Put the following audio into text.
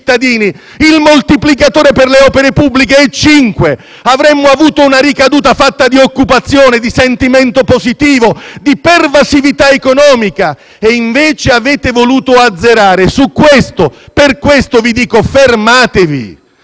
Il moltiplicatore per le opere pubbliche è cinque; avremmo avuto una ricaduta fatta di occupazione, di sentimento positivo, di pervasività economica; invece avete voluto un azzeramento. Su questo e per questo vi dico fermatevi,